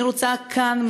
אני רוצה כאן,